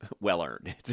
well-earned